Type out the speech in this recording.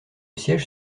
siège